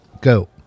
go